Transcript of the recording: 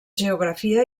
geografia